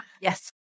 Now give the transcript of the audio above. Yes